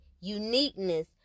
uniqueness